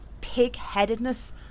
pig-headedness